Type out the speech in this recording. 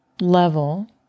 level